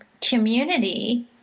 community